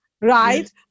right